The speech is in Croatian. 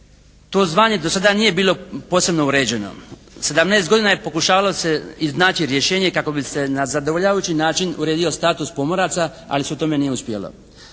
To zvanje do sada nije bilo posebno uređeno. 17 godina je pokušavalo se iznaći rješenje kako bi se na zadovoljavajući način uredio status pomoraca, ali se u tome nije uspjelo.